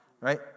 right